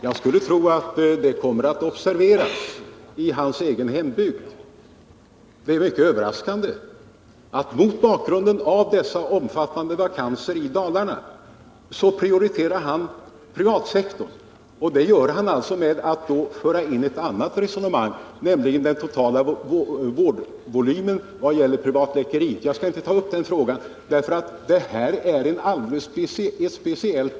Jag skulle tro att det kommer att observeras i hans egen hembygd. Det är närmast uppseendeväckande att Eric Carlsson trots de mycket omfattande vakanserna i Dalarna prioriterar privatsektorn. När han skall motivera det ståndpunktstagandet för han in ett annat resonemang och talar om den totala vårdvolymen när det gäller privatläkeriet. Jag skall inte ta upp den frågan, eftersom detta är en annan sak.